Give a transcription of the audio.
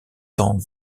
tant